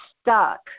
stuck